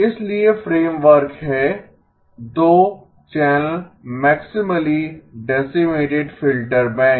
इसलिए फ्रेमवर्क है 2 channel maximally decimated filter bank